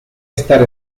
estar